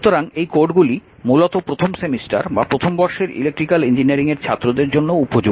সুতরাং এই কোডগুলি মূলত প্রথম সেমিস্টার বা প্রথম বর্ষের ইলেকট্রিক্যাল ইঞ্জিনিয়ারিং এর ছাত্রদের জন্য উপযুক্ত